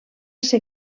ser